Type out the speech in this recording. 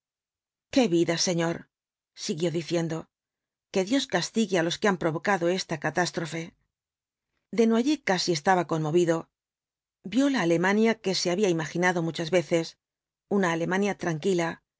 qué vida señor siguió diciendo que dios castigue á los que han provocado esta catástrofe desnoyers casi estaba conmovido vio la alemania que se había imaginado muchas veces una alemania tranquila